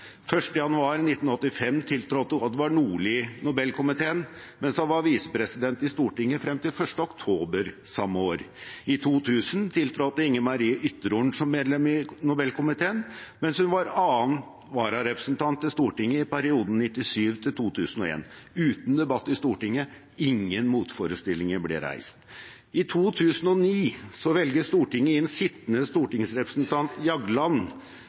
januar 1985 tiltrådte Odvar Nordli Nobelkomiteen mens han var visepresident i Stortinget frem til 1. oktober samme år. I 2000 tiltrådte Inger-Marie Ytterhorn som medlem i Nobelkomiteen mens hun var 2. vararepresentant til Stortinget i perioden 1997–2001 – uten debatt i Stortinget, ingen motforestillinger ble reist. I 2009 velger Stortinget daværende stortingspresident Torbjørn Jagland og daværende odelstingspresident Ågot Valle inn i